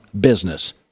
business